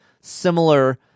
similar